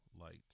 light